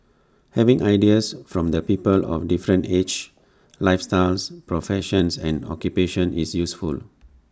having ideas from the people of different ages lifestyles professions and occupations is useful